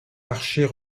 archer